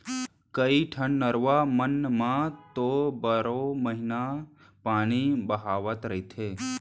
कइठन नरूवा मन म तो बारो महिना पानी बोहावत रहिथे